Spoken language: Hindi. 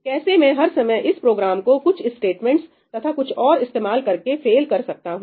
कैसे मैं हर समय इस प्रोग्राम को कुछ स्टेटमेंट्स तथा कुछ और इस्तेमाल करके फेल कर सकता हूं